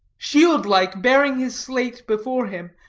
shield-like bearing his slate before him,